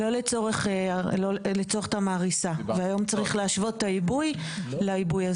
על סדר היום פרק ד' (מיסוי בשוק הדיור).